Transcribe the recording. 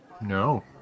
No